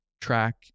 track